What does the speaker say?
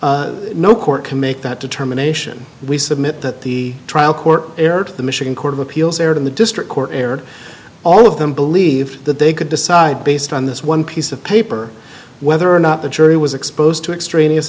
paper no court can make that determination we submit that the trial court erred the michigan court of appeals erred in the district court erred all of them believe that they could decide based on this one piece of paper whether or not the jury was exposed to extraneous